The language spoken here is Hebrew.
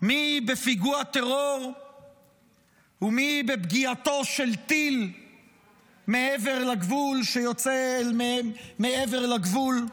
מי בפיגוע טרור ומי בפגיעתו של טיל מעבר לגבול שיוצא אל מעבר לגבול,